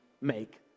make